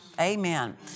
Amen